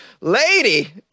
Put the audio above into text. Lady